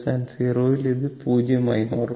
t0 ൽ ഇത് 0 ആയി മാറും